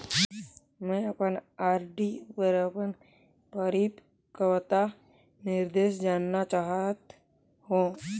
मैं अपन आर.डी पर अपन परिपक्वता निर्देश जानना चाहत हों